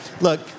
Look